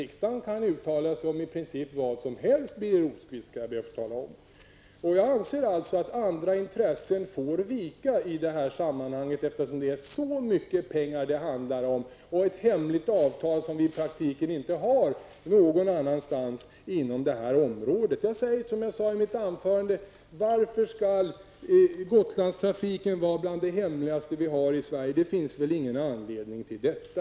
Riksdagen kan uttala sig om i princip vad som helst, Birger Rosqvist. Jag anser att andra intressen får vika i detta sammanhang, eftersom det handlar om så mycket pengar och om ett hemligt avtal, som vi inte har någon annanstans inom trafikområdet. Jag säger med anknytning till det jag sade i mitt huvudanförande: Varför skall Gotlandstrafiken vara bland det hemligaste vi har i Sverige? Det finns ingen anledning till detta!